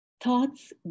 Thoughts